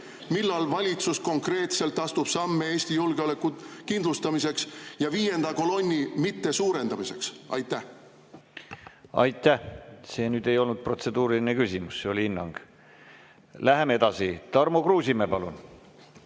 millal valitsus konkreetselt astub samme Eesti julgeoleku kindlustamiseks ja viienda kolonni mitte suurendamiseks? Aitäh! See ei olnud protseduuriline küsimus, see oli hinnang. Läheme edasi. Tarmo Kruusimäe, palun!